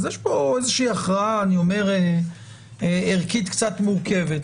אז יש פה הכרעה ערכית קצת מורכבת,